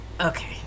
okay